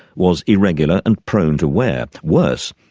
was irregular and prone to wear. worse,